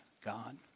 God